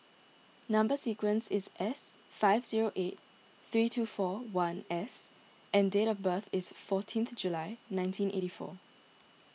Number Sequence is S five zero eight three two four one S and date of birth is fourteenth July nineteen eighty four